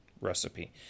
recipe